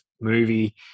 movie